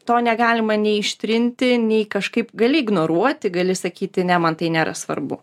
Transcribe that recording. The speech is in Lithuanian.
to negalima nei ištrinti nei kažkaip gali ignoruoti gali sakyti ne man tai nėra svarbu